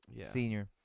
senior